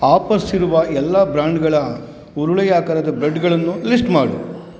offers ಇರುವ ಎಲ್ಲ ಬ್ರ್ಯಾಂಡ್ಗಳ ಉರುಳೆಯಾಕಾರದ ಬ್ರೆಡ್ಡುಗಳನ್ನು ಲಿಸ್ಟ್ ಮಾಡು